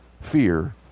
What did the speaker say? fear